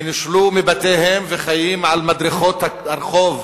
אנשים שנושלו מבתיהם וחיים על מדרכות הרחוב.